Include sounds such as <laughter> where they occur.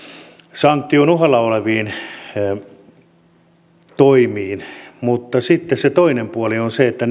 sanktion uhalla toimiin mutta sitten se toinen puoli on se että <unintelligible>